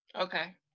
Okay